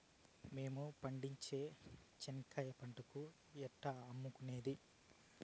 మేము పండించే చెనక్కాయ పంటను ఎట్లా అమ్ముకునేది?